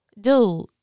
Dude